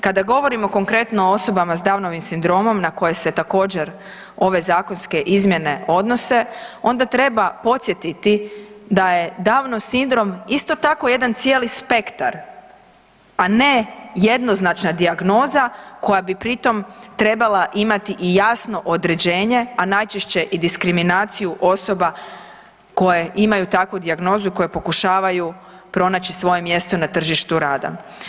Kada govorimo konkretno o osobama s Downovim sindromom na koje se također ove zakonske izmjene odnose onda treba podsjetiti da je Downov sindrom isto tako jedan cijeli spektar, a ne jednoznačna dijagnoza koja bi pri tom trebala imati i jasno određenje, a najčešće i diskriminaciju osoba koje imaju takvu dijagnozu i koje pokušavaju pronaći svoje mjesto na tržištu rada.